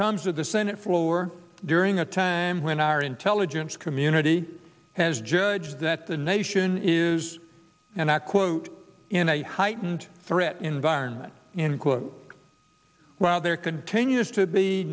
comes with the senate floor during a time when our intelligence community has judged that the nation is and i quote in a heightened threat environment in quote while there continues to be